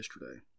yesterday